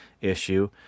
issue